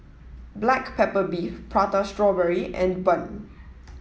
Black Pepper Beef Prata Strawberry and Bun